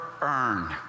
earn